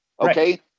okay